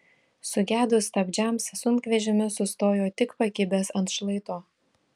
sugedus stabdžiams sunkvežimis sustojo tik pakibęs ant šlaito